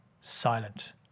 silent